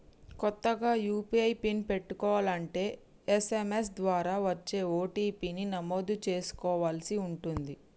కొత్తగా UPI PIN పెట్టుకోలంటే SMS ద్వారా వచ్చే ఓ.టీ.పీ ని నమోదు చేసుకోవలసి ఉంటుంది